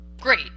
great